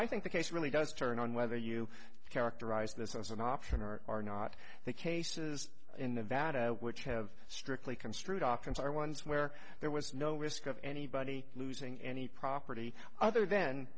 i think the case really does turn on whether you characterize this as an option or are not the cases in nevada which have strictly construed options are ones where there was no risk of anybody losing any property other th